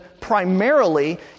primarily